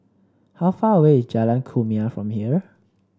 how far away is Jalan Kumia from here